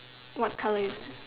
what colour is it